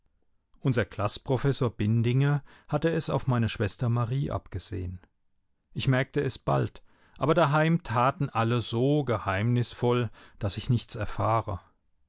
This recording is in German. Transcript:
unser klaßprofessor bindinger hatte es auf meine schwester marie abgesehen ich merkte es bald aber daheim taten alle so geheimnisvoll daß ich nichts erfahre